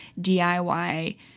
DIY